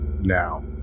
now